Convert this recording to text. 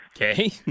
Okay